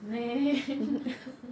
lame